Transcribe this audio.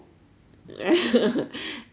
you can have a